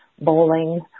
bowling